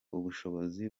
ubushobozi